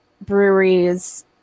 breweries